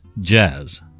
jazz